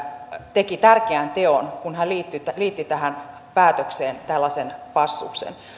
teki tärkeän teon kun hän liitti tähän päätökseen tällaisen passuksen